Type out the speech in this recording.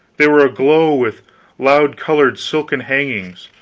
they were aglow with loud-colored silken hangings,